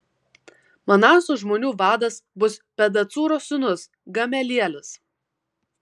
manaso žmonių vadas bus pedacūro sūnus gamelielis